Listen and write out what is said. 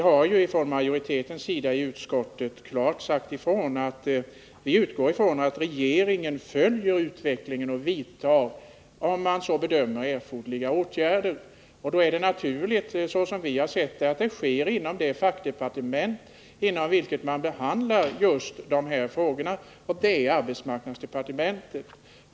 Fru talman! Majoriteten har i utskottet klart sagt ifrån att vi utgår från att regeringen följer utvecklingen och vidtar — om man gör den bedömningen — erforderliga åtgärder. Då är det naturligt, som vi har sett det, att det sker inom det fackdepartement där man behandlar just de här frågorna, och det är arbetsmarknadsdepartementet.